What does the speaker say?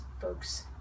folks